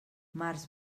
març